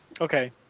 Okay